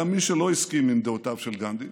גם מי שלא הסכים עם דעותיו של גנדי,